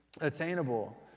attainable